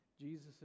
Jesus